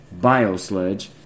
biosludge